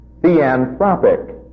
theanthropic